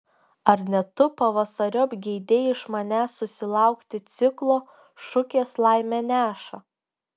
ar ne tu pavasariop geidei iš manęs susilaukti ciklo šukės laimę neša